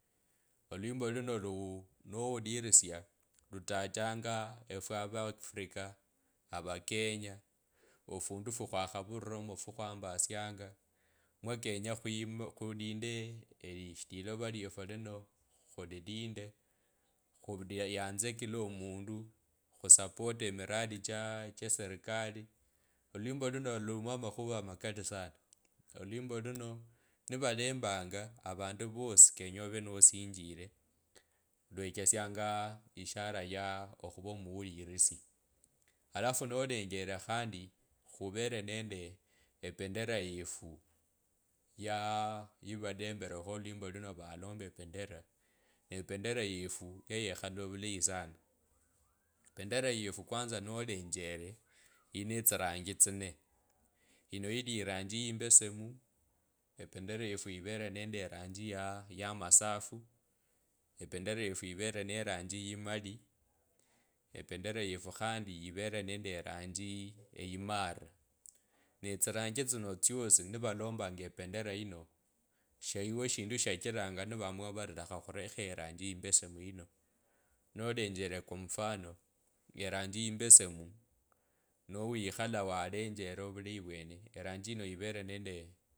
Olwimbo kuno nowulilisia lutachanga efwe avafurika avakenya ofundu fukhwakhavuriromi fukhwambasianga mwa kenye khwi mmm khulinde lilova lwefu lino khulilinde khulianze kila omundu khusapota miradi cha aah serekali lwimbo lino lumo amakhuva amakali sana olwimbo kuno nivalrmbaga avandu wasi kenya ove nosinjilr lwechesyanga ishara yaa okhuva omuulilishi alafu nolengele khandi khuvere nende ependera yesi yaa yivalembelekho olwimbo kuno valombe ependera ne ependera yefu yeyekhala ovulayi sana pendera yefu kaana nolenjele yinetsiranji tsinee ino ilieranji imbesemu ependera yefu yiveleo ne eranji imarira ne etsiranji tsino tsiosi mwavalombanga ependera yino sheiwo shindu shajiranga nivamuwa vari khukhurekho eranji imbesemu yino nolengele kwa mfano eranji imbesemu niwikhala walenja ovalayi vwene eranji ino ivele nee.